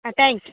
thank you